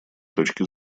точки